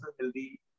healthy